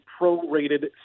prorated